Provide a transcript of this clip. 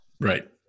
Right